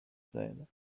said